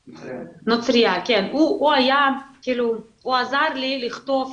כאילו הוא עזר לי לכתוב